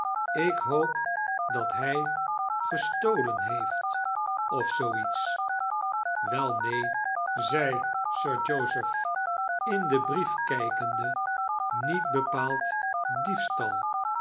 ik hoop dat hij gestolen heeft of zoo iets wel neen zei sir joseph in den brief kijkende niet bepaald diefstal